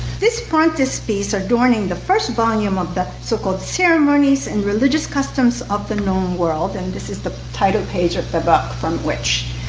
this frontage space adorning the first volume of the so-called ceremonies and religious customs of the known world, and this is the title page of the book from which,